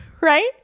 right